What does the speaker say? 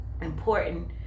important